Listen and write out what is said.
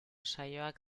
saioak